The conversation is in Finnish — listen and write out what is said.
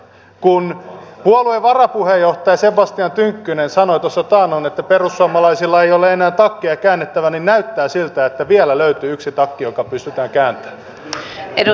kun puolueen varapuheenjohtaja sebastian tynkkynen sanoi taannoin että perussuomalaisilla ei ole enää takkeja käännettävänä niin näyttää siltä että vielä löytyi yksi takki joka pystytään kääntämään